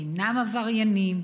אינם עבריינים,